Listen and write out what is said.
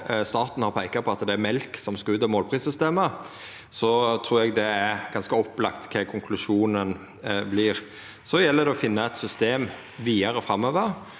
og staten har peika på at det er mjølk som skal ut av målprissystemet, trur eg det er ganske opplagt kva konklusjonen vert. Så gjeld det å finna eit system vidare framover